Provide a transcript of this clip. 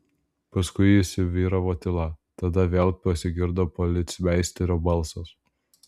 paskui įsivyravo tyla tada vėl pasigirdo policmeisterio balsas